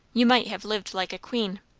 you might have lived like a queen.